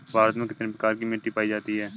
भारत में कितने प्रकार की मिट्टी पायी जाती है?